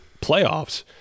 playoffs